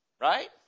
Right